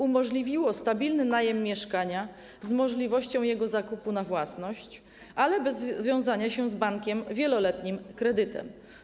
Umożliwiło stabilny najem mieszkania z możliwością jego zakupu na własność, ale bez związania się z bankiem wieloletnim kredytem.